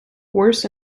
worse